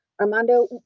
Armando